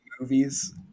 movies